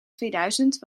tweeduizend